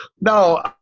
No